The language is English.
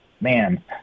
man